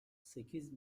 sekiz